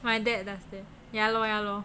my dad does that ya loh ya loh